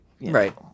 Right